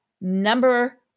number